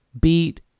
beat